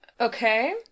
Okay